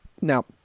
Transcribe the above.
Now